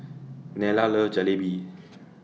Nella loves Jalebi